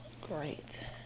Great